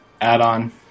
add-on